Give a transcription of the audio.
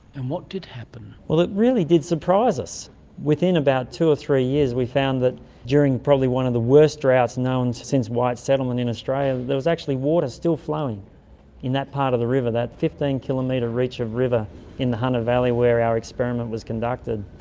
and what did happen? well, it really did surprise us. within about two or three years we found that during probably one of the worst droughts known since white settlement in australia, there was actually water still flowing in that part of the river, that fifteen kilometre reach of river in the hunter valley where our experiment was conducted.